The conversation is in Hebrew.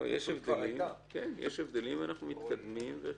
יש הבדלים, ואנחנו מתקדמים.